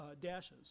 dashes